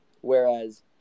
Whereas